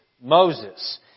Moses